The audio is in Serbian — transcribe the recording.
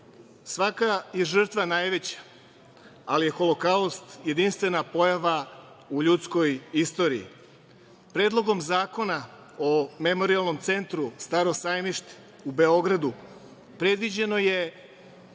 Svaka je žrtva najveća, ali Holokaust je jedinstvena pojava u ljudskoj istoriji. Predlogom zakona o Memorijalnom centru „Staro sajmište“ u Beogradu predviđeno je